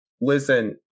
listen